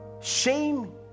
Shame